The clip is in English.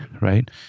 right